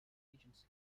agency